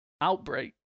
Outbreak